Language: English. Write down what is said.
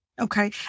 Okay